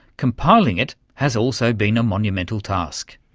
compiling it has also been a monumental task.